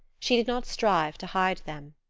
she did not strive to hide them.